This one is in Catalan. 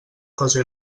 cosa